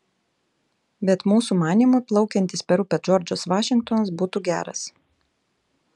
bet mūsų manymu plaukiantis per upę džordžas vašingtonas būtų geras